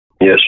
Yes